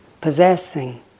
possessing